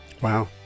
wow